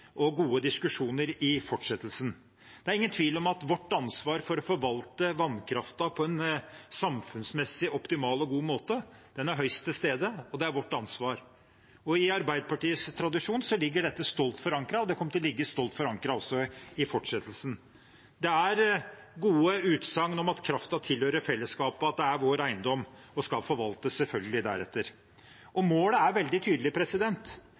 og gode diskusjoner i fortsettelsen. Det er ingen tvil om at vårt ansvar for å forvalte vannkraften på en samfunnsmessig optimal og god måte er høyst til stede, og det er vårt ansvar. I Arbeiderpartiets tradisjon ligger dette stolt forankret, og det kommer til å ligge stolt forankret også i fortsettelsen. Det er gode utsagn om at kraften tilhører fellesskapet, og at det er vår eiendom og selvfølgelig skal forvaltes deretter. Målet er veldig tydelig: